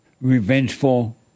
revengeful